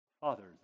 fathers